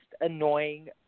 annoying